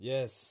Yes